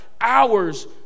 hours